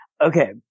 okay